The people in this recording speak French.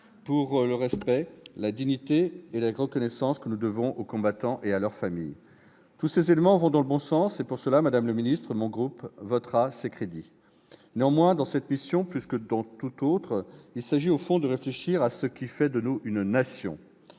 pour le respect, la dignité et la reconnaissance que nous devons aux combattants et à leurs familles. Tous ces éléments vont dans le bon sens et, pour cela, madame la secrétaire d'État, mon groupe votera ces crédits. Néanmoins, dans cette mission plus que dans toute autre, il s'agit, au fond, de réfléchir à ce qui fait de nous une Nation,